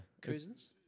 Cousins